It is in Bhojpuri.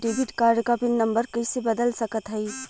डेबिट कार्ड क पिन नम्बर कइसे बदल सकत हई?